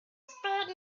spade